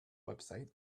website